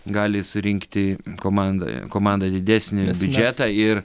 gali surinkti komandoje komandą didesnį biudžetą ir